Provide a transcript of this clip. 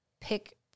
pick